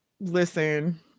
Listen